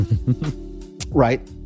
Right